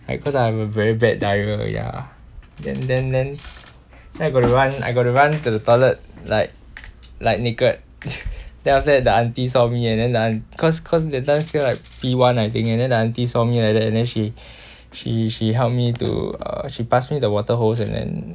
because I have a very bad diarrhoea ya then then then then I got to run I got to run to the toilet like like naked then after that the auntie saw me and the aun~ cause cause that time still like P_one I think and the auntie saw me like that and then she she she help me to uh she pass me the water hose and then